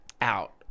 out